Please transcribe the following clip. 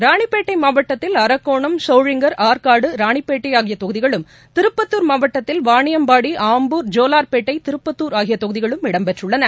ராணிப்பேட்டை மாவட்டத்தில் அரக்கோணம் சோளிங்கா் ஆற்காடு ராணிப்பேட்டை ஆகிய தொகுதிகளும் திருப்பத்தூர் மாவட்டத்தில் வாணியம்பாடி ஆம்பூர் ஜோவார்பேட்டை திருப்பத்தூர் ஆகிய தொகுதிகளும் இடம்பெற்றுள்ளன